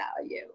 value